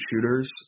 shooters